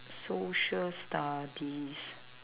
social studies